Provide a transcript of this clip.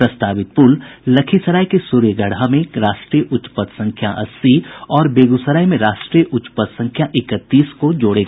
प्रस्तावित पुल लखीसराय के सूर्यगढ़ा में राष्ट्रीय उच्च पथ संख्या अस्सी और बेगसूराय में राष्ट्रीय उच्च पथ संख्या इकतीस को जोड़ेगा